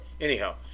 anyhow